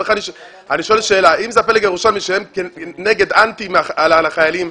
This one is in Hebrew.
אם זה הפלג הירושלמי שהם אנטי על החיילים,